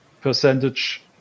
percentage